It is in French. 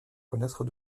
connaître